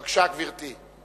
בבקשה, גברתי.